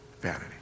vanity